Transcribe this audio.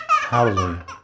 Hallelujah